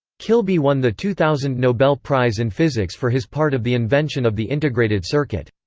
kilby won the two thousand nobel prize in physics for his part of the invention of the integrated circuit.